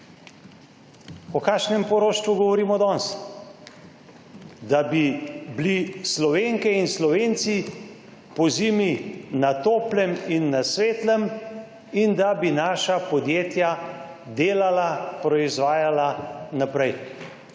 O kakšnem poroštvu govorimo danes? Da bi bili Slovenke in Slovenci pozimi na toplem in na svetlem in da bi naša podjetja delala, proizvajala naprej.